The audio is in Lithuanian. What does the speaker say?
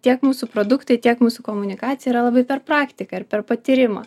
tiek mūsų produktai tiek mūsų komunikacija yra labai per praktiką ir per patyrimą